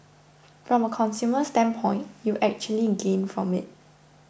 from a consumer standpoint you actually gain from it